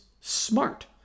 smart